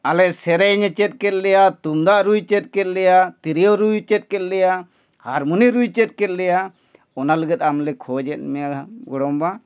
ᱟᱞᱮ ᱥᱮᱨᱮᱧᱮ ᱪᱮᱫ ᱠᱮᱫ ᱞᱮᱭᱟ ᱛᱩᱢᱫᱟᱜ ᱨᱩᱭ ᱪᱮᱫ ᱠᱮᱫ ᱞᱮᱭᱟ ᱛᱤᱨᱭᱳ ᱨᱩᱭ ᱪᱮᱫ ᱠᱮᱫ ᱞᱮᱭᱟ ᱦᱟᱨᱢᱚᱱᱤ ᱨᱩᱭ ᱪᱮᱫ ᱠᱮᱫ ᱞᱮᱭᱟ ᱚᱱᱟ ᱞᱟᱹᱜᱤᱫ ᱟᱢᱞᱮ ᱠᱷᱚᱡᱮᱫ ᱢᱮᱭᱟ ᱜᱚᱲᱚᱢᱵᱟ